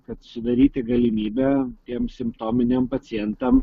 kad sudaryti galimybę tiem simptominiam pacientam